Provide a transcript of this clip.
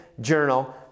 journal